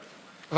מס' 8786,